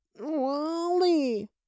wally